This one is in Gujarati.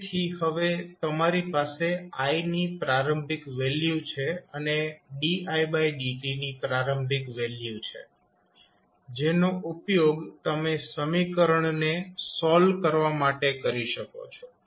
તેથી હવે તમારી પાસે I ની પ્રારંભિક વેલ્યુ છે અને didt ની પ્રારંભિક વેલ્યુ છે જેનો ઉપયોગ તમે સમીકરણને સોલ્વ કરવા માટે કરી શકો છો